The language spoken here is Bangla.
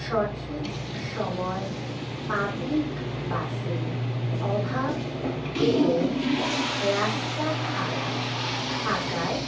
সঠিক সময় পাবলিক বাসের অভাব এবং রাস্তা খারাপ থাকায়